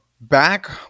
back